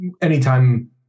anytime